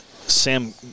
Sam